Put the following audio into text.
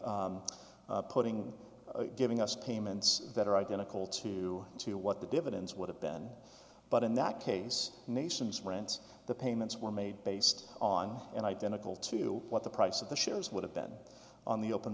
the putting giving us payments that are identical to to what the dividends would have been but in that case nations rents the payments were made based on and identical to what the price of the shares would have been on the open